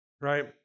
right